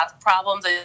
problems